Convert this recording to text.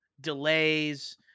delays